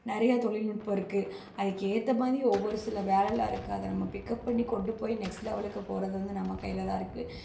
நிறையா தொழில்நுட்பம் இருக்குது அதுக்கேத்தமாதிரி ஒவ்வொரு சில வேலைலாம் இருக்குது அதை நம்ம பிக்கப் பண்ணி கொண்டுப்போய் நெக்ஸ்ட் லெவலுக்கு போகிறது வந்து நம்ம கையில்தான் இருக்குது